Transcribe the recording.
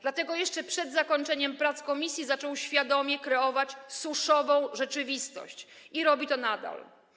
Dlatego jeszcze przed zakończeniem prac komisji zaczął świadomie kreować „suszową rzeczywistość” i robi to nadal.